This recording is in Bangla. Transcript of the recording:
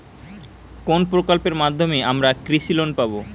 কোন প্রকল্পের মাধ্যমে আমরা কৃষি লোন পাবো?